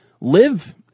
live